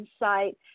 insight